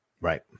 Right